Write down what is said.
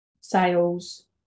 sales